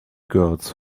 girls